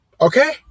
Okay